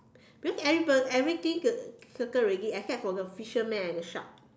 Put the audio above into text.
because everybody everything circle already except for the fisherman and the shark